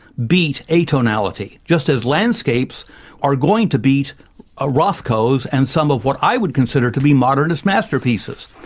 beat atonality, just as landscapes are going to beat ah rothkos and some of what i would consider to be modernist masterpieces.